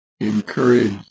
Encourage